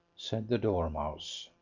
said the dormouse.